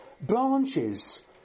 branches